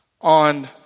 on